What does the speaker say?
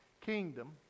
kingdom